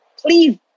Please